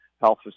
health